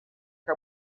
que